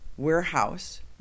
warehouse